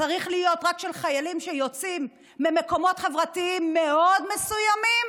צריך להיות רק של חיילים שיוצאים ממקומות חברתיים מאוד מסוימים,